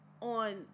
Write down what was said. on